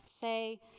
say